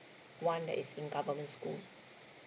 one that is in government school